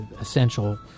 essential